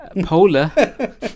Polar